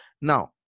now